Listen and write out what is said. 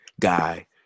guy